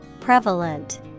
Prevalent